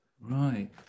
Right